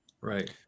Right